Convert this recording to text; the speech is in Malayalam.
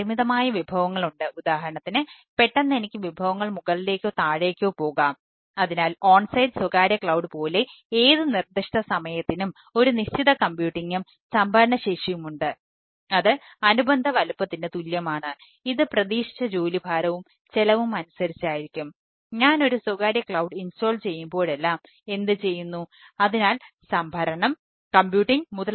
പക്ഷെ ഞാൻ ആ 1